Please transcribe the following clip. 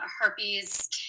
Herpes